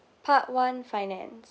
part one finance